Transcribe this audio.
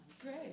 Great